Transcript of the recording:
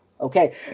okay